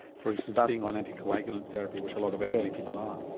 for instance being on anti-coagulant therapy which a lot of elderly people are?